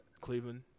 Cleveland